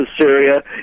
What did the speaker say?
Syria